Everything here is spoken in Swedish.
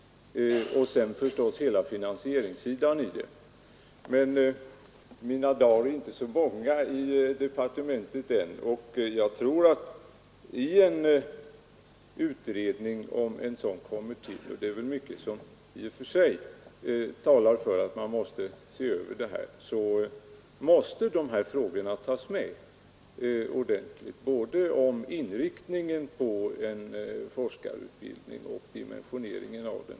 Och sedan kommer förstås hela finansieringssidan till. Mina dagar är inte så många i departementet än, men jag tror att i en utredning — om en sådan tillsätts, och mycket talar i och för sig för att man bör se över detta område — måste dessa frågor tas med ordentligt, både inriktningen på forskarutbildningen och dimensioneringen av den.